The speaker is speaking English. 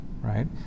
right